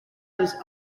his